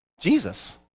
Jesus